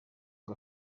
ngo